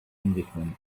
englishman